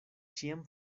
ĉiam